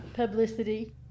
publicity